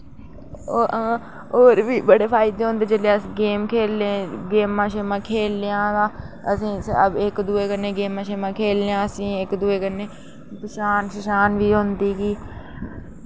ओ और बी बड़े फायदे होंदे जेल्लै अस गेम खेढने गेमां शेमां खेढने आं तां असें स इक दूए कन्नै गेमां शेमां खेढने असें इक दूए कन्नै पछान शछान बी होंदी कि